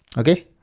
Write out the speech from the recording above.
okay,